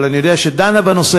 אבל אני יודע שהיא דנה בנושא,